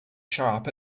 sharp